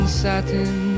satin